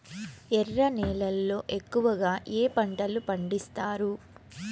ఎర్ర నేలల్లో ఎక్కువగా ఏ పంటలు పండిస్తారు